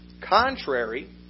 contrary